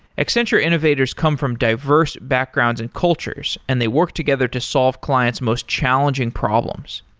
accenture innovators come from diverse backgrounds and cultures and they work together to solve client's most challenging problems.